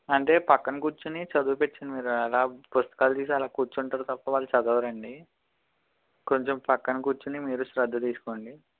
అంటే ప్రక్కన కూర్చుని చదివిపించండి మీరు పుస్తకాలు తీసి అలాగా కూర్చుంటారు తప్ప వాళ్ళు చదవరండి కొంచెం ప్రక్కన కూర్చుని మీరు శ్రద్ధ తీసుకోండి